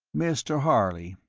mr. harley,